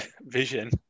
vision